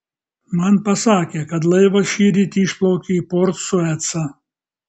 man pasakė kad laivas šįryt išplaukė į port suecą